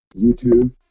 YouTube